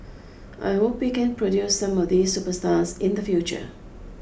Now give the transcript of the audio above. I hope we can produce some of these superstars in the future